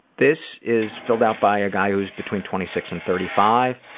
this is filled out by a guy who is between twenty six and thirty five.